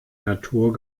natur